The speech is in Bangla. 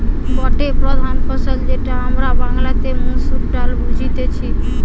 গটে প্রধান ফসল যেটা আমরা বাংলাতে মসুর ডালে বুঝতেছি